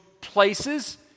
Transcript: places